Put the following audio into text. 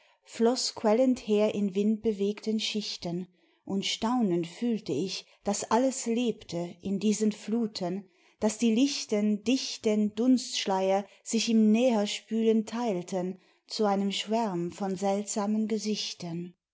floß quellend her in windbewegten schichten und staunend fühlte ich daß alles lebte in diesen fluten daß die lichten dichten dunstschleier sich im näherspülen teilten zu einem schwärm von seltsamen gesichten